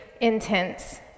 intense